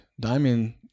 diamond